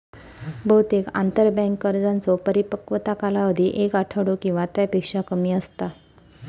बहुतेक आंतरबँक कर्जांचो परिपक्वता कालावधी एक आठवडो किंवा त्यापेक्षा कमी असता